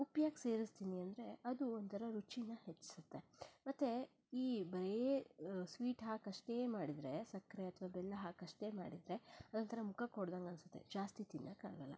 ಉಪ್ಪು ಯಾಕೆ ಸೇರಿಸ್ತೀನಿ ಅಂದರೆ ಅದು ಒಂಥರಾ ರುಚೀನ ಹೆಚ್ಚಿಸತ್ತೆ ಮತ್ತೆ ಈ ಬರೀ ಸ್ವೀಟ್ ಹಾಕಷ್ಟೇ ಮಾಡಿದರೆ ಸಕ್ಕರೆ ಅಥವಾ ಬೆಲ್ಲ ಹಾಕಷ್ಟೇ ಮಾಡಿದರೆ ಅದೊಂಥರಾ ಮುಖಕ್ಕೆ ಹೊಡೆದಂಗನ್ಸುತ್ತೆ ಜಾಸ್ತಿ ತಿನ್ನೋಕ್ಕಾಗಲ್ಲ